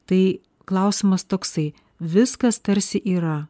tai klausimas toksai viskas tarsi yra